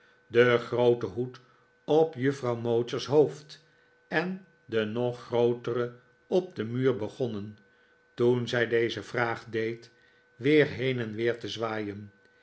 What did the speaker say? de groote hoed op juffroirvy mowcher's hoofd en de nog grootere op den muur begonnen toen zij deze vraag deed weer heen en weer te zwaaien